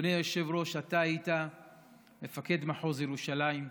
אדוני היושב-ראש, אתה היית מפקד מחוז ירושלים.